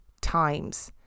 times